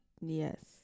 yes